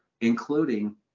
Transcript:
including